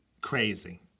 crazy